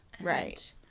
Right